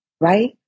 Right